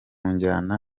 njyana